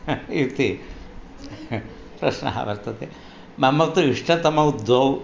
ह इति प्रश्नः वर्तते मम तु इष्टतमौ द्वौ